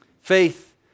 Faith